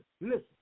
listen